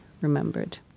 remembered